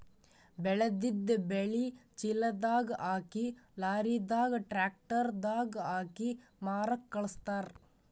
ಬೆಳೆದಿದ್ದ್ ಬೆಳಿ ಚೀಲದಾಗ್ ಹಾಕಿ ಲಾರಿದಾಗ್ ಟ್ರ್ಯಾಕ್ಟರ್ ದಾಗ್ ಹಾಕಿ ಮಾರಕ್ಕ್ ಖಳಸ್ತಾರ್